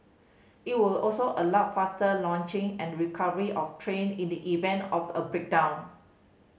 it will also allow faster launching and recovery of train in the event of a breakdown